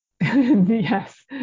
yes